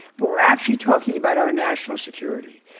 but we're actually talking about our national security.